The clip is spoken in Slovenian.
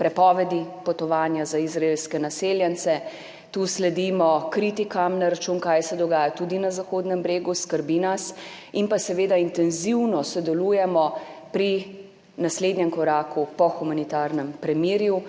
prepovedi potovanja za izraelske naseljence. Tu sledimo kritikam na račun, kaj se dogaja tudi na Zahodnem bregu, skrbi nas, in pa seveda intenzivno sodelujemo pri naslednjem koraku v humanitarnem premirju,